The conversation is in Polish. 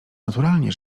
naturalnie